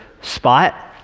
spot